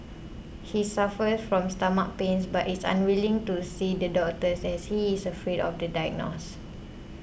he suffers from stomach pains but is unwilling to see the doctors as he is afraid of the diagnose